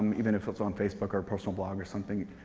even if it's on facebook or a personal blog or something?